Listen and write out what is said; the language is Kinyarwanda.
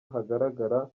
hagaragara